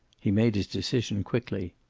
he made his decision quickly.